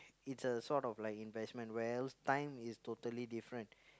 it's a sort of like investment where else time is totally different